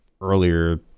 earlier